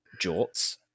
jorts